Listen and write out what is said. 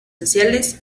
sociales